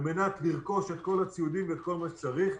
מנת לרכוש את כל הציוד ואת כל מה שצריך.